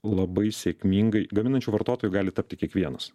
labai sėkmingai gaminančiu vartotoju gali tapti kiekvienas